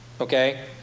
Okay